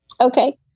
Okay